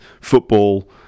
football